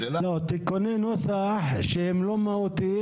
השאלה --- תיקוני נוסח שהם לא מהותיים,